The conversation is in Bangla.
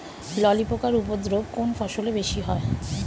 ললি পোকার উপদ্রব কোন ফসলে বেশি হয়?